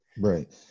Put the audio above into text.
right